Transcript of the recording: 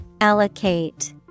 Allocate